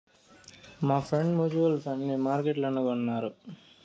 మాఫ్రెండ్ mutual fund ఈ మార్కెట్లనే కొనినారు